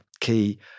key